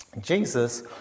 Jesus